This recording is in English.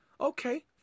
Okay